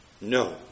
No